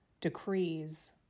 decrees